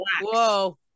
whoa